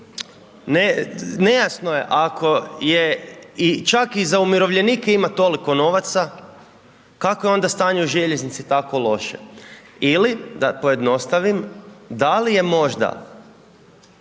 nejasno je ako je i čak i za umirovljenike ima toliko novaca, kako je onda stanje u željeznici tako loše. Ili da pojednostavim, da li je možda